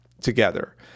together